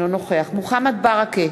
אינו נוכח מוחמד ברכה,